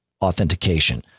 authentication